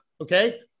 okay